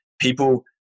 People